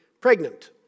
pregnant